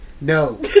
No